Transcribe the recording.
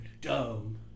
dumb